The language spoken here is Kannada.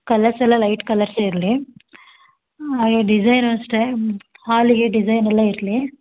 ಕಲರ್ಸ್ ಎಲ್ಲ ಲೈಟ್ ಕಲರ್ಸೇ ಇರಲಿ ಈ ಡಿಸೈನ್ ಅಷ್ಟೇ ಹಾಲಿಗೆ ಡಿಸೈನ್ ಎಲ್ಲ ಇರಲಿ